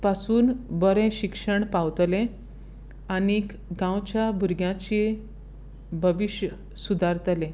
पसून बरें शिक्षण पावतलें आनीक गांवच्या भुरग्यांची भविश्य सुदारतलें